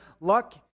Luck